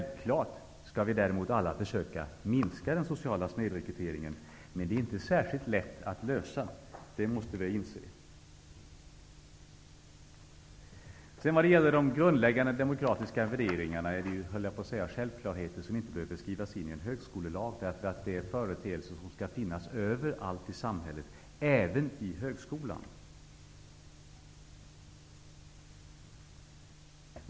Vi skall självfallet alla försöka minska den sociala snedrekryteringen, men det är inte särskilt lätt -- det måste vi inse. De grundläggande demokratiska värderingarna är självklarheter som inte behöver skrivas in i en högskolelag. Det är företeelser som skall finnas överallt i samhället, även i högskolan.